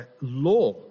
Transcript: law